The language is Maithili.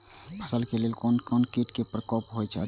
फसल के लेल कोन कोन किट के प्रकोप होयत अछि?